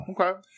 Okay